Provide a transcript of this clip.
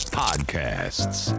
podcasts